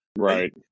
right